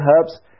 herbs